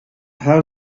her